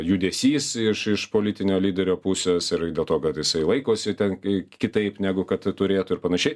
judesys iš iš politinio lyderio pusės ir dėl to kad jisai laikosi ten k kitaip negu kad turėtų ir panašiai